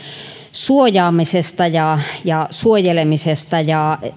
suojaamisesta ja ja suojelemisesta ja